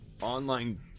Online